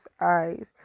eyes